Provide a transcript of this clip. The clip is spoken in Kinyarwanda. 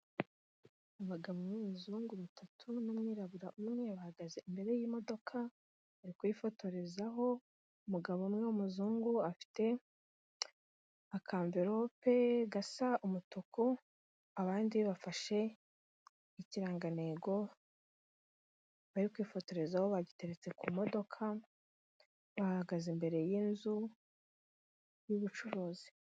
Abagabo b'abazungu batatu n'mwirabura umwe bahagaze imbere y'imodoka bari kuyifotorezaho, umugabo umwe w'umuzungu afite akamverope gasa umutuku abandi bafashe ikirangantego bari kwifotorezaho bagiteretse ku modoka bahagaze imbere y'inzu y'ubucuruzi.